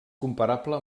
comparable